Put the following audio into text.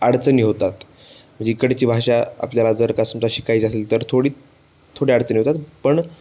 अडचणी होतात म्हणजे इकडची भाषा आपल्याला जर का समजा शिकायची असेल तर थोडी थोडी अडचणी होतात पण